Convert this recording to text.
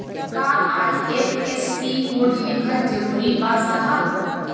का IFSC code लिखल जरूरी बा साहब?